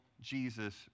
Jesus